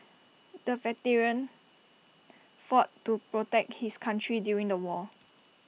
the veteran fought to protect his country during the war